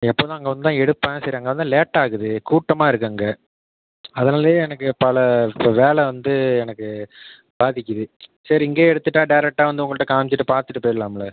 எப்போதும் அங்கே வந்து தான் எடுப்பேன் சரி அங்கே வந்தால் லேட் ஆகுது கூட்டமாக இருக்குது அங்கே அதனாலே எனக்கு பல இப்போ வேலை வந்து எனக்கு பாதிக்குது சரி இங்கே எடுத்துட்டால் டேரெக்ட்டாக வந்து உங்கள்கிட்ட காமிச்சிட்டு பார்த்துட்டு போயிடலாம்ல